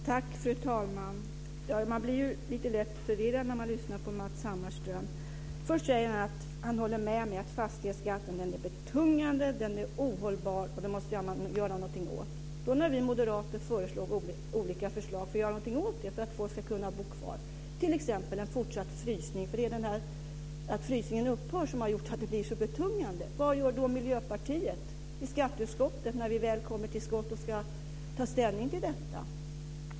Fru talman! Man blir lite lätt förvirrad när man lyssnar på Matz Hammarström. Först säger han att han håller med mig om att fastighetsskatten är betungande, att den är ohållbar och att man måste göra någonting åt den. När vi moderater då framför olika förslag för att göra någonting åt det och för att människor ska kunna bo kvar - t.ex. en fortsatt frysning av taxeringsvärdena, eftersom det är på grund av att frysningen upphör som det blir så betungande - vad gör då Miljöpartiet i skatteutskottet när vi väl kommer till skott och ska ta ställning till detta?